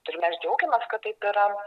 turim mes džiaugiamės kad taip yra